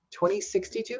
2062